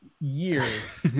years